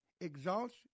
exalts